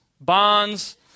bonds